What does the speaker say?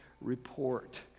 report